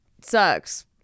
sucks